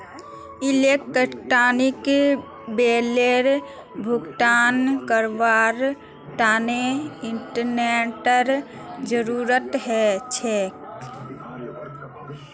electronic बिलेर भुगतान करवार तने इंटरनेतेर जरूरत ह छेक